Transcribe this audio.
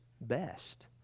best